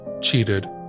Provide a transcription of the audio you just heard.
cheated